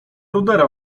rudera